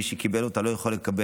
מי שקיבל אותה לא יוכל לקבל,